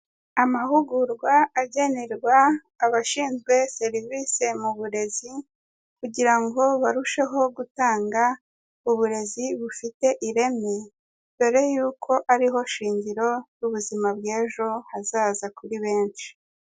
Amahugurwa agenerwa abashinzwe serivise mu burezi kugira ngo barusheho gutanga uburezi bufite ireme, dore y'uko ari ho shingiro ry'ubuzima bw'ejo hazaza kuri benshi.